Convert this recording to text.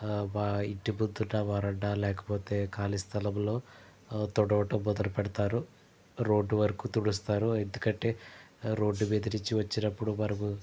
మా ఇంటి ముందున్న వరండా లేకపోతే కాళీ స్థలంలో తుడవటం మొదలు పెడతారు రోడ్డు వరకు తుడుస్తారు ఎందుకంటే రోడ్డు మీద నుంచి వచ్చినప్పుడు మనము